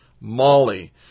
Molly